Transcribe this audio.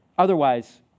Otherwise